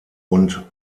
und